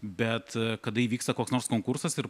bet kada įvyksta koks nors konkursas ir